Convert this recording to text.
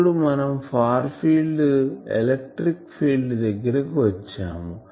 ఇప్పుడు మనం electric field దగ్గరికి వచ్చాము